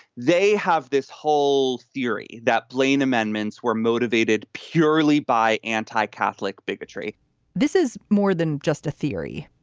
they have this whole theory that blaine amendments were motivated purely by anti-catholic bigotry this is more than just a theory.